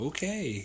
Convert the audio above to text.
Okay